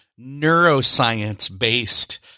neuroscience-based